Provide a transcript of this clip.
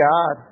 God